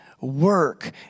work